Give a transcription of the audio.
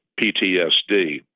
PTSD